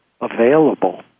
available